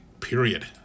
Period